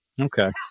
Okay